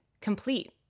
complete